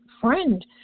friend